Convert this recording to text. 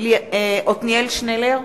עתניאל שנלר,